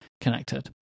connected